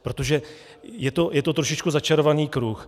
Protože je to trošičku začarovaný kruh.